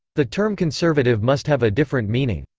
the term conservative must have a different meaning.